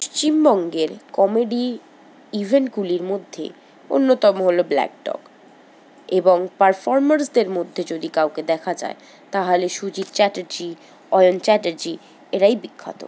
পশ্চিমবঙ্গের কমেডি ইভেন্টগুলির মধ্যে অন্যতম হল ব্ল্যাক ডগ এবং পারফরমার্সদের মধ্যে যদি কাউকে দেখা যায় তাহলে সুজিত চ্যাটার্জী অয়ন চ্যাটার্জী এরাই বিখ্যাত